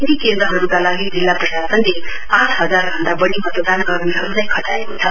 यी केन्द्रहरुका लागि जिल्ला प्रशासनले आठ हजार भन्दा बढ़ी मतदान कर्मीहरुलाई खटाएको छ